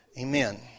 Amen